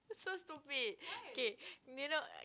so stupid okay may not